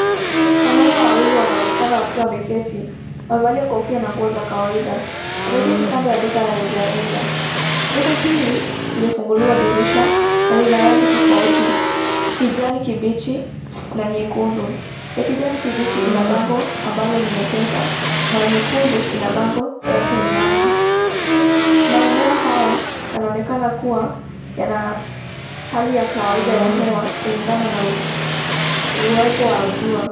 Wanaume wawili wanaonekana wakiwa wameketi, wamevalia kofia na mguo za kawaida, wameketi kando ya duka la rejareja, duka hili, limefunguliwa dirisha, na lina rangi tofauti, kijani kibichi na nyekundu, ya kijani kibichi ina bango, ambayo ni mpesa, na nyekundu ina bango, airtel money, maeneo haya inaonekana kuwa yana ya kawaida ya hewa kulingana na uwepo wa jua.